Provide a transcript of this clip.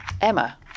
Emma